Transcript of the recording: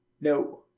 no